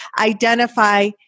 identify